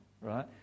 right